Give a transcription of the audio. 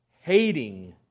hating